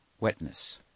wetness